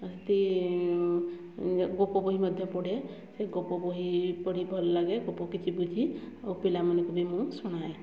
ଆଉ ଗୋପବହି ମଧ୍ୟ ପଢ଼େ ସେ ଗୋପ ବହି ପଢ଼ି ଭଲ ଲାଗେ ଗୋପ କିଛି ବୁଝି ଆଉ ପିଲାମାନଙ୍କୁ ବି ମୁଁ ଶୁଣାଏ